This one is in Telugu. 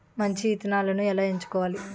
మంచి విత్తనాలను ఎలా ఎంచుకోవాలి?